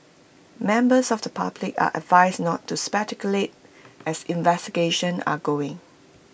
members of the public are advised not to speculate as investigations are going